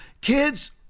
kids